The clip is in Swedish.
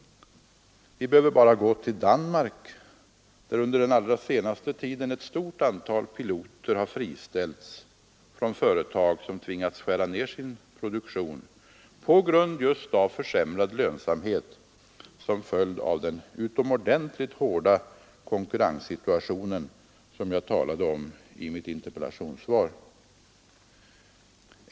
Vi behöver bara se på förhållandena i Danmark. Där har under den allra senaste tiden ett stort antal piloter friställts vid företag som tvingats skära ned sin produktion just på grund av den försämrade lönsamhet som är en följd av den utomordentligt hårda konkurrenssituation jag talat om i mitt interpellationssvar.